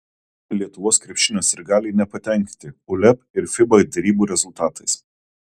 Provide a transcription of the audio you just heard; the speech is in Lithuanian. lietuvos krepšinio sirgaliai nepatenkinti uleb ir fiba derybų rezultatais